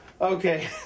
okay